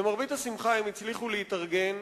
למרבה השמחה הם הצליחו להתארגן